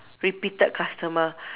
repeated customer